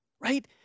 right